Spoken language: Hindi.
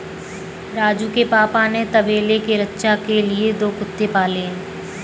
राजू के पापा ने तबेले के रक्षा के लिए दो कुत्ते पाले हैं